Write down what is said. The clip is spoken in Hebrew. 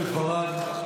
השר קרעי,